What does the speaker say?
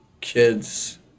kids